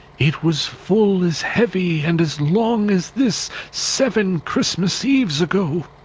it was full as heavy and as long as this, seven christmas eves ago.